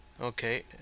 Okay